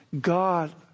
God